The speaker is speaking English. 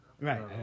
Right